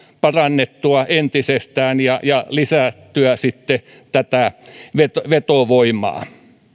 parannettua entisestään ja ja lisättyä sitten vetovoimaa